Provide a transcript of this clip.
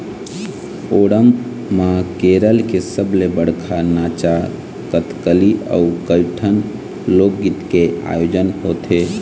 ओणम म केरल के सबले बड़का नाचा कथकली अउ कइठन लोकगीत के आयोजन होथे